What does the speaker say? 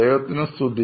ദൈവത്തിനു നന്ദി